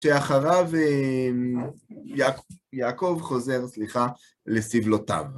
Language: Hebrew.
שאחריו יעקב חוזר, סליחה, לסבלותיו.